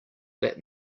that